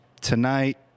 tonight